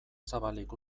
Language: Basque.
zabalik